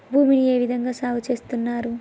భూమిని ఏ విధంగా సాగు చేస్తున్నారు?